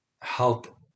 help